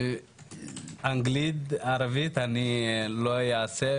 אנגלית, ערבית לא אעשה.